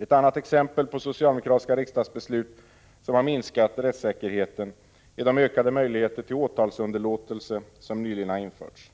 Ett annat exempel på socialdemokratiska riksdagsbeslut som har minskat rättssäkerheten är de ökade möjligheter till åtalsunderlåtelse som nyligen har införts.